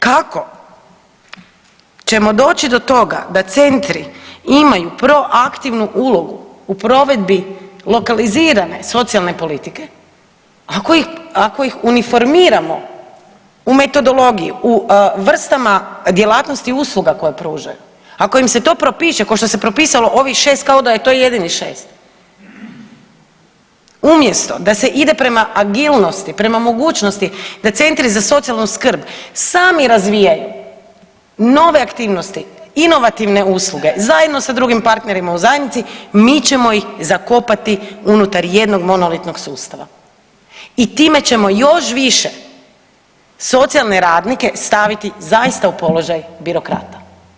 Kako ćemo doći do toga da centri imaju proaktivnu ulogu u provedbi lokalizirane socijalne politike, ako ih uniformiramo u metodologiju, u vrstama djelatnosti usluga koje pruže, ako im se to propiše, kao što se propisalo ovih 6, kao da je to jedinih 6. Umjesto da se ide prema agilnosti, prema mogućnost i da centri za socijalnu skrb sami razvijaju nove aktivnosti, inovativne usluge, zajedno sa drugim partnerima u zajednici, mi ćemo ih zakopati unutar jednog monolitnog sustava i time ćemo još više socijalne radnici staviti zaista u položaj birokrata.